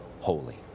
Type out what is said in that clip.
holy